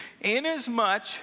inasmuch